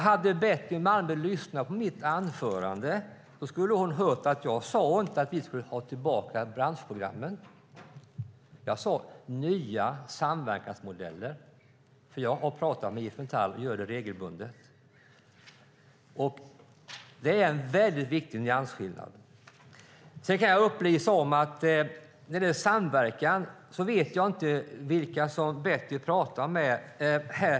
Hade Betty Malmberg lyssnat på mitt anförande skulle hon ha hört att jag inte sade att vi ska ha tillbaka branschprogrammen, utan jag talade om nya samverkansmodeller. Jag talar nämligen regelbundet med IF Metall. Det är en viktig nyansskillnad. När det gäller samverkan vet jag inte vilka Betty talar med.